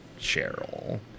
Cheryl